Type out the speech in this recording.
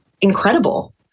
incredible